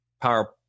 power